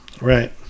Right